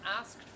asked